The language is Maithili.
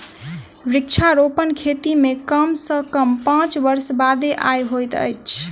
वृक्षारोपण खेती मे कम सॅ कम पांच वर्ष बादे आय होइत अछि